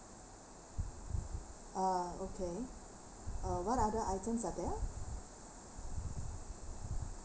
ah okay uh what are the item are there